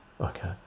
okay